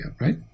right